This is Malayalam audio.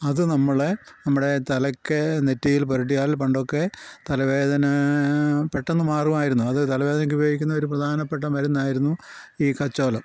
അത് നമ്മൾ നമ്മുടെ തലക്ക് നെറ്റിയിൽ പുരട്ടിയാൽ പണ്ടൊക്കെ തലവേദന പെട്ടന്ന് മാറുമായിരുന്നു അത് തലവേദനക്ക് ഉപയോഗിക്കുന്ന ഒരു പ്രധാനപ്പെട്ട മരുന്നായിരുന്നു ഈ കച്ചോലം